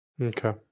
okay